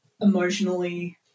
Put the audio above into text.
emotionally